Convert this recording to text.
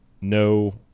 no